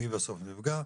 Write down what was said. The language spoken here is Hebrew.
מי בסוף נפגע,